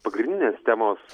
pagrindinės temos